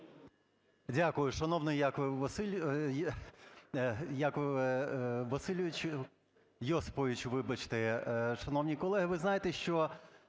Дякую.